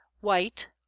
White